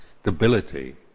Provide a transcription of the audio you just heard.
stability